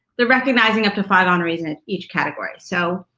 they're recognizing up to five honorees in and each category. so,